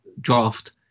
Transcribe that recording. draft